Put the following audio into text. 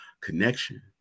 connection